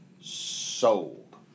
sold